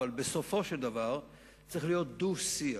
אבל בסופו של דבר צריך להיות דו-שיח,